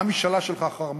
מה המשאלה שלך אחר-מות?